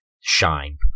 shine